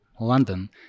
London